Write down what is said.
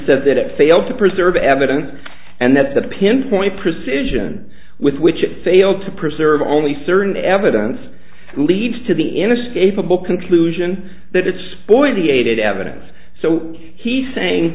said that it failed to preserve evidence and that the pinpoint precision with which it failed to preserve only certain evidence leads to the innes capable conclusion that it's boy the ated evidence so he's saying